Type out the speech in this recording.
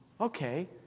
okay